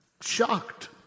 shocked